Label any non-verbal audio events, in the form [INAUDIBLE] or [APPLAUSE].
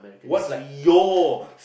what's your [NOISE]